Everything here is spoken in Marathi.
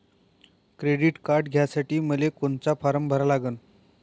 क्रेडिट कार्ड घ्यासाठी मले कोनचा फारम भरा लागन?